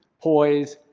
poise,